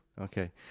Okay